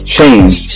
Change